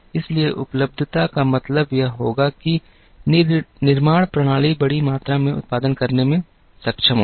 इसलिए उपलब्धता का मतलब यह होगा कि निर्माण प्रणाली बड़ी मात्रा में उत्पादन करने में सक्षम होना